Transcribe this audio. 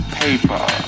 paper